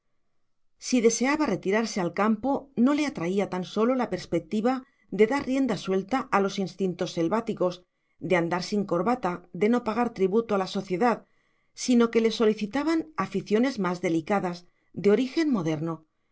si deseaba retirarse al campo no le atraía tan sólo la perspectiva de dar rienda suelta a instintos selváticos de andar sin corbata de no pagar tributo a la sociedad sino que le solicitaban aficiones más delicadas de origen moderno